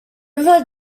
river